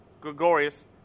Gregorius